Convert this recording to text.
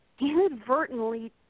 inadvertently